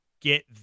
get